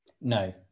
No